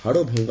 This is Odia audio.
ହାଡ଼ଭଙ୍ଗ